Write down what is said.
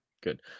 Good